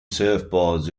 surfboards